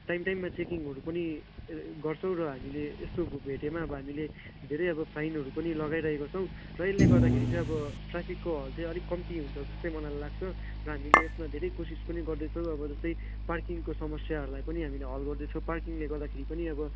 time टाइममा चेकिङहरू पनि गर्छौँ र हामीले यस्तो अब भेटेमा अब हामीले धेरै अब फाइनहरू पनि लगाइरहेको छौँ र यसले गर्दाखेरि चाहिँ अब ट्राफिकको हल चाहिँ अलिक कम्ती हुन्छ जस्तै मलाई लाग्छ र हामीले यसमा धेरै कोसिस पनि गर्दैछौँ अब जस्तै पार्किङको समस्याहरूलाई पनि हामीले हल गर्दैछौँ पार्किङले गर्दाखेरि पनि अब